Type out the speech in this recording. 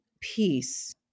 peace